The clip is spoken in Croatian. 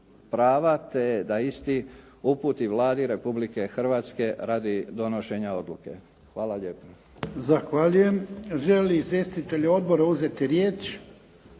te da isti uputi Vladi Republike Hrvatske radi donošenja odluke. Hvala lijepa.